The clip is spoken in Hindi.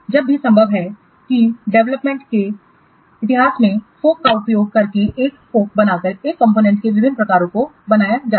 यह भी संभव है किडेवलपमेंटके इतिहास में फोक का उपयोग करके एक फोक बनाकर एक कंपोनेंट के विभिन्न प्रकारों को बनाया जाए